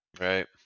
Right